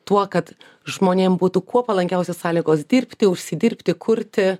tuo kad žmonėm būtų kuo palankiausios sąlygos dirbti užsidirbti kurti